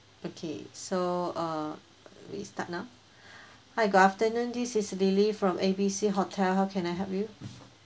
okay so uh we start now hi good afternoon this is lily from A B C hotel how can I help you